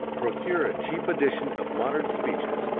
procure a cheap edition of modern speeches,